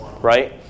right